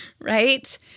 Right